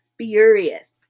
furious